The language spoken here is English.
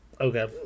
okay